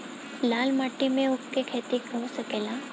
लाल माटी मे ऊँख के खेती हो सकेला?